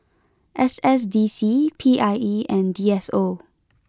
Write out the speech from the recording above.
S S D C P I E and D S O